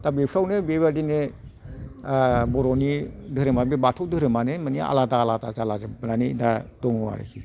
दा बेफ्रावनो बे बायदिनो बर'नि धोरोमा बे बाथौ धोरोमानो मानि आलादा आलादा जाला जोबनानै दा दङ आरिखि